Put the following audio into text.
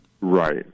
Right